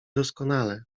doskonale